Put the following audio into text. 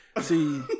See